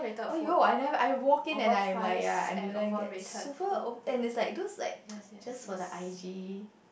!aiyo! I never I walked in and I'm like ya I didn't get super over and it's like those like just for the I G